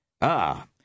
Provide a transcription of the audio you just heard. Ah